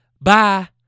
bye